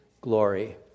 glory